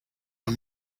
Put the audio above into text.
are